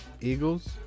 Eagles